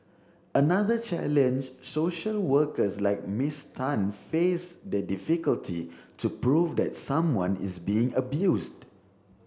another challenge social workers like Miss Tan face is the difficulty to prove that someone is being abused